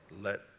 let